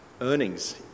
earnings